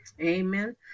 Amen